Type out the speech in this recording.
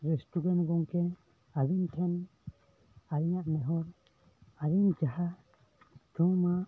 restaurant ᱜᱚᱢᱠᱮ ᱟᱵᱤᱱ ᱴᱷᱮᱱ ᱟ ᱞᱤᱧᱟᱜ ᱱᱮᱦᱚᱨ ᱟ ᱞᱤᱧ ᱡᱟᱦᱟᱸ